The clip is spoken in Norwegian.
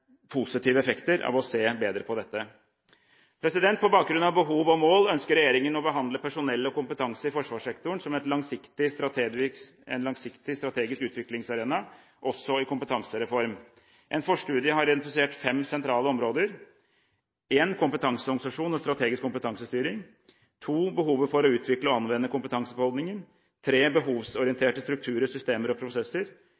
positive effekter i å se bedre på dette. På bakgrunn av behov og mål ønsker regjeringen å behandle personell og kompetanse i forsvarssektoren som et langsiktig, strategisk utviklingstema – i en kompetansereform. En forstudie har identifisert fem sentrale områder: kompetanseorganisasjon og strategisk kompetansestyring behovet for å utvikle og anvende kompetansebeholdningen